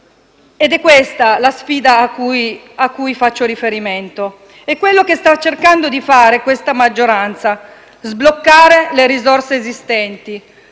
Ed è questa la sfida cui faccio riferimento. Ed è quello che sta cercando di fare questa maggioranza: sbloccare le risorse esistenti.